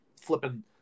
flipping